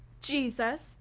Jesus